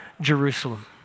Jerusalem